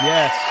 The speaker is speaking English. Yes